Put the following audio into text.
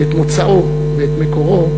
ואת מוצאו, ואת מקורו,